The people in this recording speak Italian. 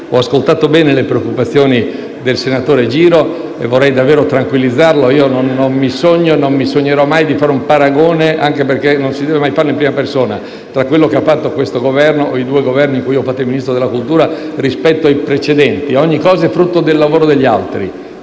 Ho ascoltato bene le preoccupazioni del senatore Giro e vorrei tranquillizzarlo: non mi sogno e non mi sognerò mai di fare un paragone (anche perché non bisogna mai farlo in prima persona) tra quello che ha fatto questo Governo, o i due Governi in cui ho fatto il Ministro dei beni e delle attività culturali, e i precedenti. Ogni provvedimento è frutto del lavoro degli altri,